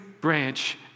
branch